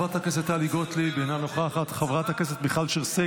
לספר על אג'נדות בצבא?